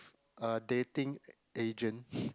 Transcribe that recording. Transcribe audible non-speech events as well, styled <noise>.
a dating agent <breath>